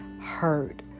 hurt